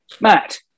Matt